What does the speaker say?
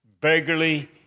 beggarly